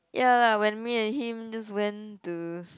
ya lah when me and him just went to